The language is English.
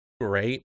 great